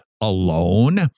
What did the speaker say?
alone